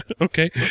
Okay